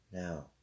Now